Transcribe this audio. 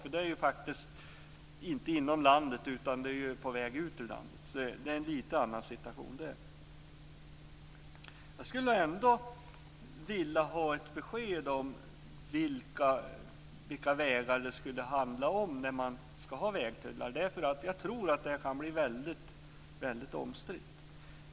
Där åker man ju faktiskt inte inom landet utan på väg ut ur landet, så det är en lite annorlunda situation där. Jag skulle ändå vilja ha ett besked om vilka vägar det skulle handla om där man ska ha vägtullar, därför att jag tror att detta kan bli väldigt omstritt.